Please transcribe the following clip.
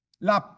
la